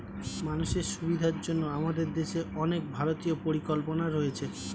মানুষের সুবিধার জন্য আমাদের দেশে অনেক ভারতীয় পরিকল্পনা রয়েছে